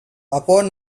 upon